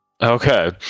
Okay